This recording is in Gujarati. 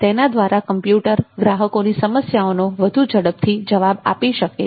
તેના દ્વારા કમ્પ્યુટર ગ્રાહકોની સમસ્યાઓનો વધુ ઝડપથી જવાબ આપી શકે છે